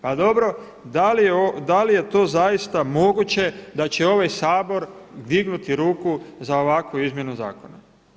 Pa dobro, da li je to zaista moguće da će ovaj Sabor dignuti ruku za ovakvu izmjenu zakona?